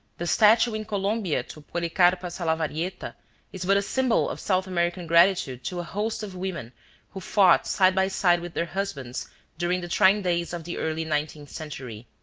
the statue in colombia to policarpa salavarieta is but a symbol of south american gratitude to a host of women who fought side by side with their husbands during the trying days of the early nineteenth century.